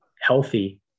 healthy